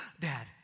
dad